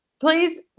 please